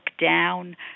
down